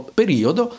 periodo